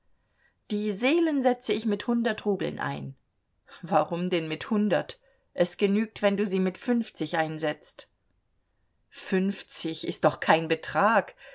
die seelen setze ich mit hundert rubeln ein warum denn mit hundert es genügt wenn du sie mit fünfzig einsetzt fünfzig ist doch kein betrag